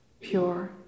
pure